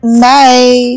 Bye